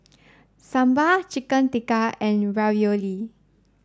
Sambar Chicken Tikka and Ravioli